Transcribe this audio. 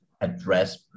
address